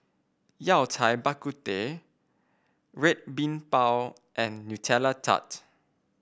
Yao Cai Bak Kut Teh Red Bean Bao and Nutella Tart